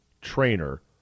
trainer